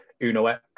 UNOX